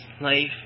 life